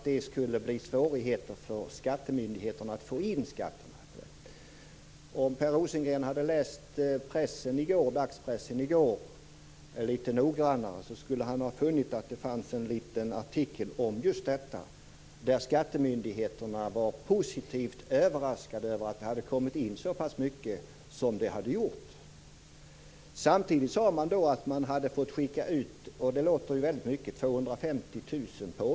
Det skulle bli svårigheter för skattemyndigheterna att få in skatterna. Om Per Rosengren hade läst dagspressen litet noggrannare i går, skulle han ha funnit en liten artikel om just detta. Enligt den var skattemyndigheterna positivt överraskade över att det hade kommit in så pass mycket som det hade gjort. Samtidigt sade man att man hade fått skicka ut 250 000 påminnelser, vilket låter väldigt mycket.